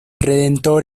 redentor